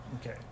Okay